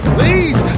Please